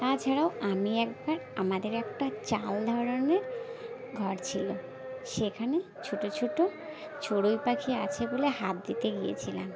তাছাড়াও আমি একবার আমাদের একটা চাল ধরনের ঘর ছিলো সেখানে ছোটো ছোটো চড়ুই পাখি আছে বলে হাত দিতে গিয়েছিলাম